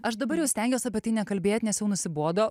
aš dabar jau stengiuos apie tai nekalbėti nes jau nusibodo